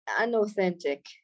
unauthentic